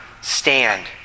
stand